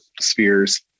spheres